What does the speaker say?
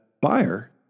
buyer